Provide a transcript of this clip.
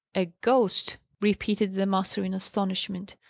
a ghost! repeated the master in astonishment,